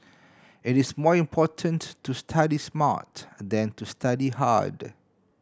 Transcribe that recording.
it is more important to study smart than to study hard